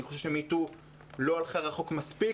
אני חושב ש-me too לא הלכה רחוק מספיק